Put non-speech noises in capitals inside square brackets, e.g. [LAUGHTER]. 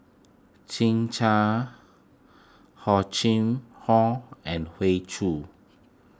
Chim Chui Hor Chim [UNINTELLIGIBLE] and Hoey Choo